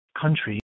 country